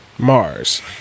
Mars